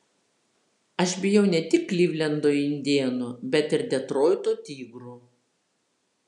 aš bijau ne tik klivlendo indėnų bet ir detroito tigrų